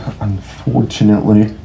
unfortunately